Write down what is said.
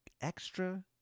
extra